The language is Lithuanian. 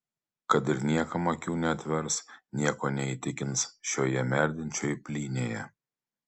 kad ir niekam akių neatvers nieko neįtikins šioje merdinčioj plynėje